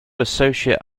associate